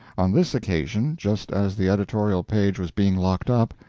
on this occasion, just as the editorial page was being locked up,